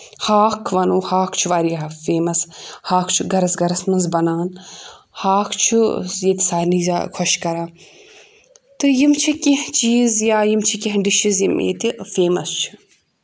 ہاکھ وَنو ہاکھ چھُ واریاہ فیمَس ہاکھ چھُ گَرَس گَرَس منٛز بَنان ہاکھ چھُ ییٚتہِ سارنی زیادٕ خۄش کَران تہٕ یِم چھِ کینٛہہ چیٖز یا یِم چھِ کینٛہہ ڈِشز یِم ییٚتہِ فیمَس چھِ